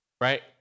Right